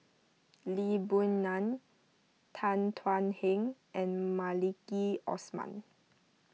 Lee Boon Ngan Tan Thuan Heng and Maliki Osman